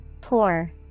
Poor